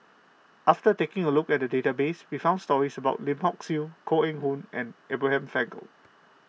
after taking a look at the database we found stories about Lim Hock Siew Koh Eng Hoon and Abraham Frankel